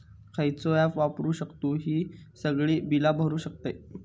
खयचा ऍप वापरू शकतू ही सगळी बीला भरु शकतय?